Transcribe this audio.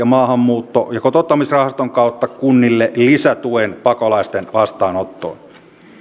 maahanmuutto ja kotouttamisrahaston kautta kunnille lisätuen pakolaisten vastaanottoon